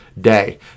day